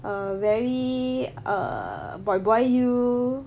err very err boy boy you